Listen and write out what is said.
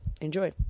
Enjoy